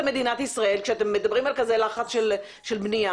מדינת ישראל כשאתם מדברים על כזה לחץ של בנייה?